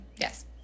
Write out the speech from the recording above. yes